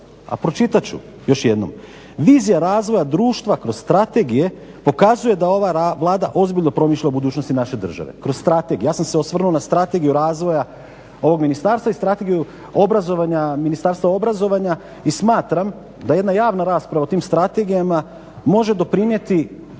a pročitat ću još jednom, vizija razvoja društva kroz Strategije pokazuje da ova Vlada ozbiljno promišlja o budućnosti naše države. Kroz strategiju, ja sam se osvrnuo Strategiju razvoja ovog ministarstva i strategiju obrazovanja Ministarstva obrazovanja i smatram da jedna javna rasprava o tim strategijama može doprinijeti